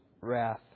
wrath